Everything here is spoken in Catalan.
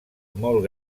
molt